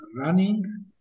running